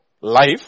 life